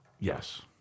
Yes